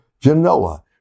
Genoa